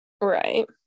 Right